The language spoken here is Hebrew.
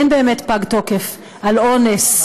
אין באמת פג תוקף על אונס.